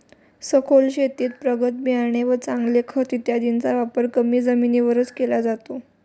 सखोल शेतीत प्रगत बियाणे व चांगले खत इत्यादींचा वापर कमी जमिनीवरच केला जातो